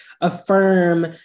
affirm